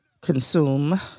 consume